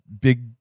Big